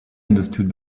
understood